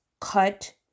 cut